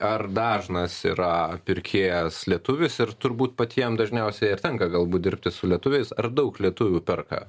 ar dažnas yra pirkėjas lietuvis ir turbūt patiem dažniausiai ir tenka galbūt dirbti su lietuviais ar daug lietuvių perka